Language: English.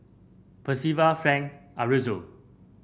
Percival Frank Aroozoo